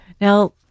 Now